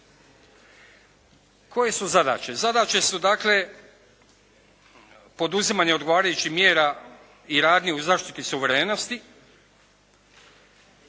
Koje su zadaće? Zadaće su dakle poduzimanje odgovarajućih mjera i radnji u zaštiti suverenosti,